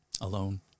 alone